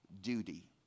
duty